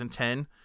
2010